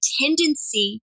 tendency